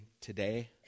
today